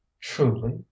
truly